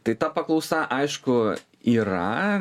tai ta paklausa aišku yra